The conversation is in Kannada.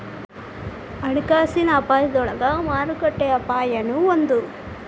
ಹಣಕಾಸಿನ ಅಪಾಯದೊಳಗ ಮಾರುಕಟ್ಟೆ ಅಪಾಯನೂ ಒಂದ್